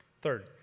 Third